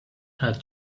had